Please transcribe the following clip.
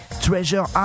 Treasure